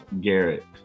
Garrett